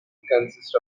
consists